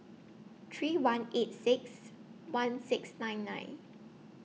three one eight six one six nine nine